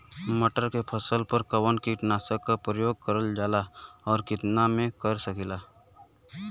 मटर के फसल पर कवन कीटनाशक क प्रयोग करल जाला और कितना में कर सकीला?